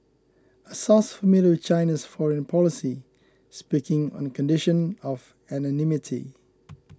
a source familiar with China's foreign policy speaking on condition of anonymity